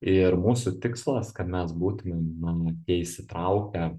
ir mūsų tikslas kad mes būtume na tie įsitraukę